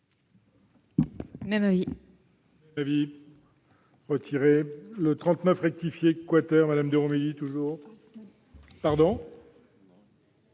Même avis.